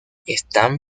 están